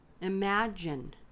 imagine